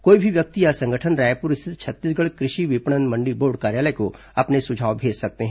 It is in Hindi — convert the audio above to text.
कोई भी व्यक्ति या संगठन रायपुर स्थित छत्तीसगढ़ कृषि विपणन मण्डी बोर्ड कार्यालय को अपने सुझाव भेज सकते हैं